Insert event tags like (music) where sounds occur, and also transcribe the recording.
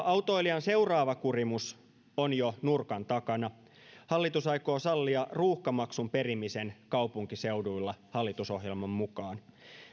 (unintelligible) autoilijan seuraava kurimus on jo nurkan takana hallitus aikoo sallia ruuhkamaksun perimisen kaupunkiseuduilla hallitusohjelman mukaan